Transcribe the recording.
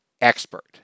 expert